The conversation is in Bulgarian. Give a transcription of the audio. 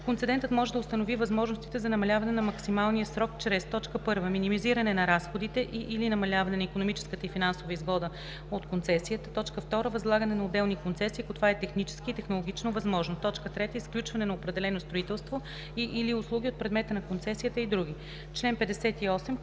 концедентът може да установи възможностите за намаляване на максималния срок чрез: 1. минимизиране на разходите и/или намаляване на икономическата и финансовата изгода от концесията; 2. възлагане на отделни концесии, ако това е технически и технологично възможно; 3. изключване на определено строителство и/или услуги от предмета на концесията и други.“